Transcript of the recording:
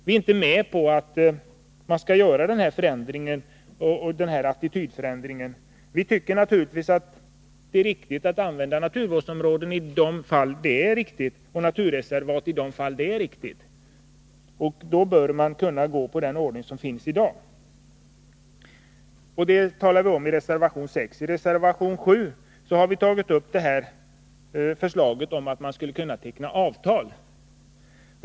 Vi är inte med på att man skall göra denna attitydförändring. Vi tycker naturligtvis att naturvårdsområden skall inrättas i de fall där det är riktigt och naturreservat i de fall där det är riktigt. Då bör man kunna följa den ordning som finns i dag. Det talar vi om i reservation 6. I reservation 7 har vi tagit upp förslaget om att man skall kunna teckna avtal.